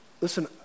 Listen